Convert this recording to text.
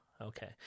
okay